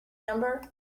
number